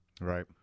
Right